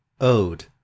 ODE